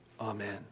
Amen